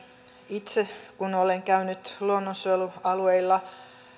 itse kun olen käynyt luonnonsuojelualueilla